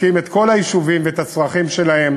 בודקים את כל היישובים ואת הצרכים שלהם,